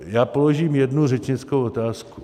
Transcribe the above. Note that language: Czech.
Já položím jednu řečnickou otázku.